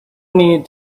need